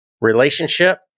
relationship